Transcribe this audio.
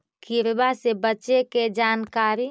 किड़बा से बचे के जानकारी?